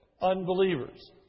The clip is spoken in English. unbelievers